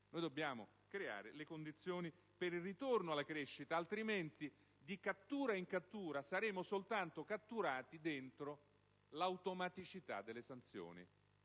anni. Dobbiamo creare le condizioni per il ritorno alla crescita, altrimenti, di cattura in cattura, saremo soltanto catturati dentro l'automaticità delle sanzioni